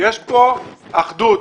שיש כאן אחדות.